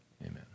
Amen